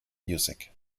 music